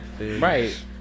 Right